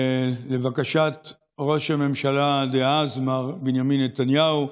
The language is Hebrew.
לבקשת ראש הממשלה דאז מר בנימין נתניהו,